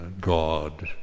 God